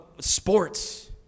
sports